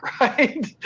right